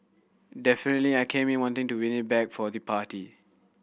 definitely I came in wanting to win it back for the party